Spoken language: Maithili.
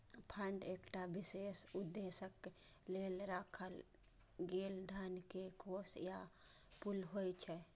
फंड एकटा विशेष उद्देश्यक लेल राखल गेल धन के कोष या पुल होइ छै